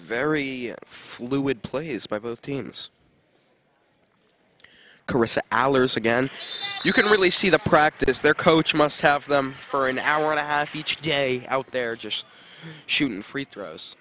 very fluid plays by both teams alice again you can really see the practice their coach must have them for an hour and a half each day out there just shooting free throws